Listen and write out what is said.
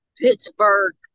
Pittsburgh